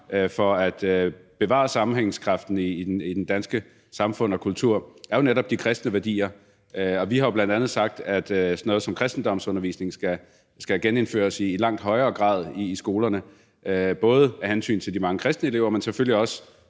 for at bevare sammenhængskraften i det danske samfund og dets kultur, jo netop er de kristne værdier. Vi har jo bl.a. sagt, at sådan noget som kristendomsundervisningen i langt højere grad skal genindføres i skolerne, både af hensyn til de mange kristne elever, men selvfølgelig også,